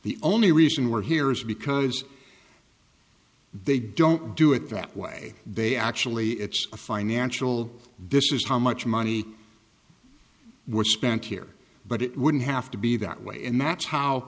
the only reason we're here is because they don't do it that way they actually it's a financial this is how much money was spent here but it wouldn't have to be that way and that's how